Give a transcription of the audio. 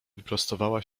wyprostowała